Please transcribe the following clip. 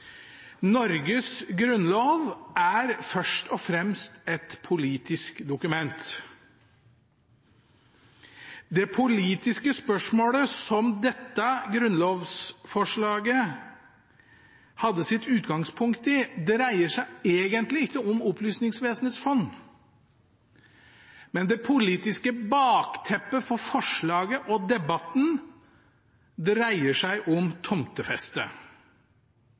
Norges grunnlov er først og fremst et politisk dokument. Det politiske spørsmålet som dette grunnlovsforslaget hadde sitt utgangspunkt i, dreier seg egentlig ikke om Opplysningsvesenets fond, men det politiske bakteppet for forslaget og debatten dreier seg om tomtefeste.